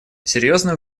серьезную